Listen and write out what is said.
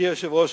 אדוני היושב-ראש,